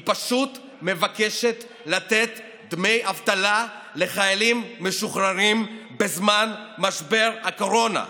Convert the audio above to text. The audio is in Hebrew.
היא פשוט מבקשת לתת דמי אבטלה לחיילים משוחררים בזמן משבר הקורונה.